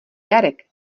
jarek